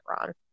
on